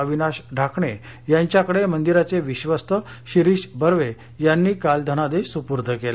अविनाश ढाकणे यांच्याकडे मंदिराचे विश्वस्त शिरीष बर्वे यांनी काल धनादेश सुपूर्द केला